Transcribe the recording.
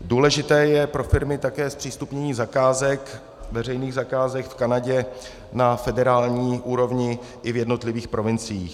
Důležité je pro firmy také zpřístupnění zakázek, veřejných zakázek v Kanadě na federální úrovni i v jednotlivých provinciích.